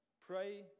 pray